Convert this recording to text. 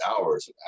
hours